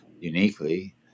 uniquely